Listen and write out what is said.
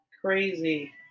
crazy